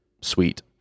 sweet